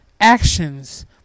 actions